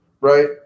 right